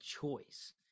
choice